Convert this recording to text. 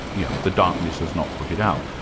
yeah the darkness has not put it out.